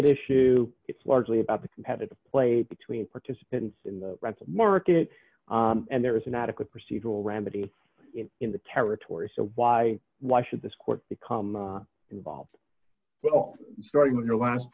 right issue it's largely about the competitive play between participants in the rental market and there is an adequate procedural remedy in the territory so why why should this court become involved well starting with your last